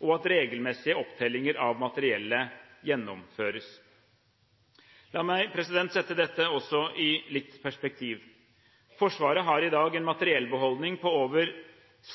og at regelmessige opptellinger av materiellet gjennomføres. La meg også sette dette litt i perspektiv: Forsvaret har i dag en materiellbeholdning på over